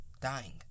Dying